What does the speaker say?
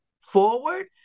forward